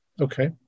Okay